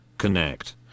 Connect